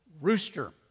rooster